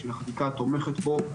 של החקיקה התומכת פה.